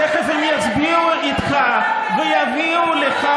תכף הם יצביעו איתך ויביאו לך